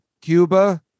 Cuba